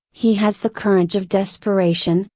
he has the courage of desperation,